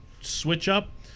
switch-up